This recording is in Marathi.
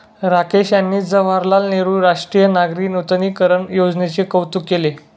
राकेश यांनी जवाहरलाल नेहरू राष्ट्रीय नागरी नूतनीकरण योजनेचे कौतुक केले